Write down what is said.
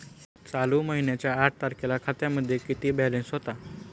चालू महिन्याच्या आठ तारखेला खात्यामध्ये किती बॅलन्स होता?